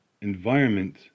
environment